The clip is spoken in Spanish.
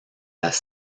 las